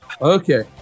Okay